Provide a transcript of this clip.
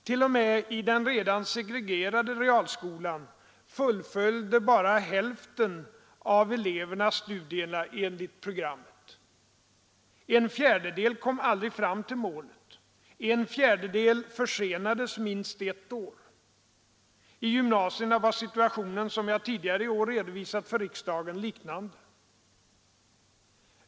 T.o.m. i den redan segregerade realskolan fullföljde bara hälften av eleverna studierna enligt programmet. En fjärdedel kom aldrig fram till målet, en fjärdedel försenades minst ett år. I gymnasierna var situationen, som jag tidigare i år redovisat för riksdagen, liknande.